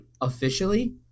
officially